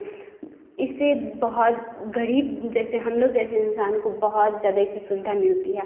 इसे बहुत गरीब जैसे हम लोग जैसे इंसान को बहुत ज़्यादा इससे सुविधा मिलती है